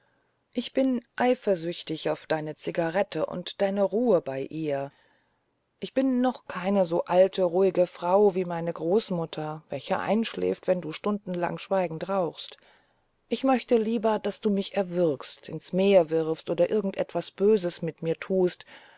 ich bin eifersüchtig auf deine zigarette und deine ruhe bei ihr ich bin noch keine so alte ruhige frau wie meine großmutter welche einschläft wenn du stundenlang schweigend rauchst ich möchte lieber daß du mich erwürgst ins meer wirfst oder irgend etwas böses mit mir tust